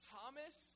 Thomas